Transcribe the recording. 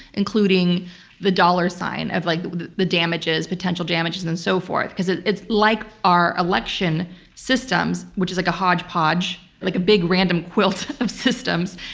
including the dollar sign of like the damages, potential damages and so forth, because it's it's like our election systems, which is like a hodgepodge, like a big random quilt of systems.